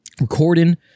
recording